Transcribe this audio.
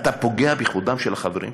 אתה פוגע בכבודם של החברים שלנו?